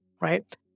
Right